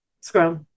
Scroll